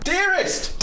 Dearest